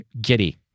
giddy